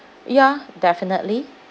ya definitely